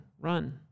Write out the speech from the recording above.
run